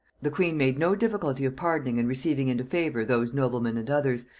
the queen made no difficulty of pardoning and receiving into favor those noblemen and others,